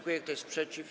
Kto jest przeciw?